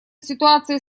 ситуации